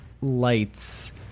lights